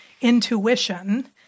intuition